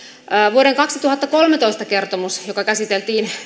vuoden kaksituhattakolmetoista kertomus joka käsiteltiin